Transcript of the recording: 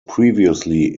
previously